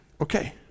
Okay